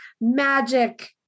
magic